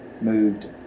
moved